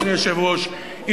אדוני היושב-ראש,